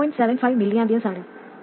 75 mA ആണ് ഇത് നിങ്ങൾക്ക് 0